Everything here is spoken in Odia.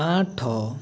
ଆଠ